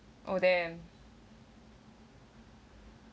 oh then